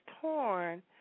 torn